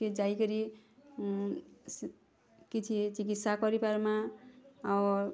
ଯାଇକରି ସ କିଛି ଚିକିତ୍ସା କରି ପାର୍ମା ଔର୍